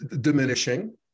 diminishing